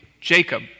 Jacob